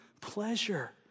pleasure